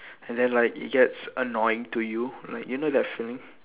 and then like it gets annoying to you like you know that feeling